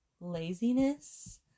laziness